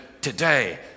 today